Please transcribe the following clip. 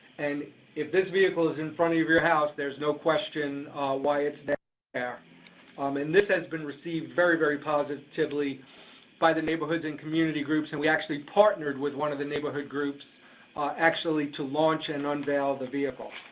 and if this vehicle is in front of your house, there's no question why it's ah um and this has been received very, very positively by the neighborhoods and community groups, and we actually partnered with one of the neighborhood groups actually to launch and unveil the vehicle.